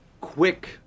quick